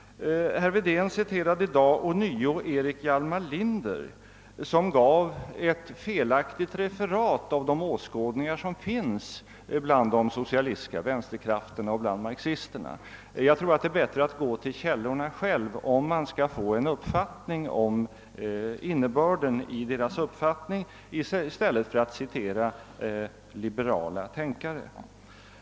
Sedan citerade herr Wedén ånyo Servan-Schreiber, som gav ett felaktigt referat av de åskådningar som finns bland de socialistiska vänsterkrafterna och marxisterna. Men om man skall få en uppfattning om innebörden av deras uppfattning tror jag det är bättre att gå till källorna i stället för att citera liherala tänkare.